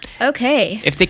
Okay